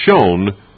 shown